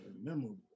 memorable